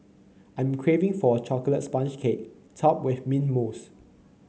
I am craving for a chocolate sponge cake topped with mint mousse